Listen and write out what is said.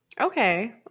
Okay